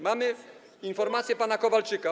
Mamy informacje pana Kowalczyka.